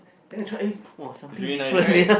then I try eh !wow! something different yea